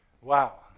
Wow